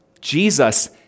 Jesus